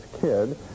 kid